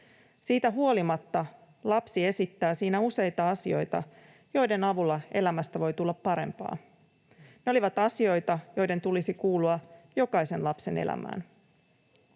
Siitä huolimatta lapsi esittää siinä useita asioita, joiden avulla elämästä voi tulla parempaa. Ne olivat asioita, joiden tulisi kuulua jokaisen lapsen elämään.